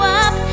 up